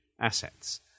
assets